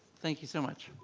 thank you so much.